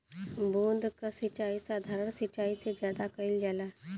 बूंद क सिचाई साधारण सिचाई से ज्यादा कईल जाला